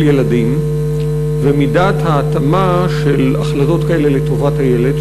ילדים ומידת ההתאמה של החלטות כאלה לטובת הילד,